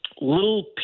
little